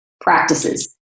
practices